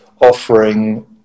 offering